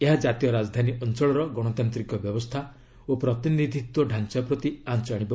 ଏହା ଜାତୀୟ ରାଜଧାନୀ ଅଞ୍ଚଳର ଗଣତାନ୍ତିକ ବ୍ୟବସ୍ଥା ଓ ପ୍ରତିନିଧିତ୍ୱ ଡାଞ୍ଚା ପ୍ରତି ଆଞ୍ଚ ଆଣିବ